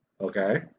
okay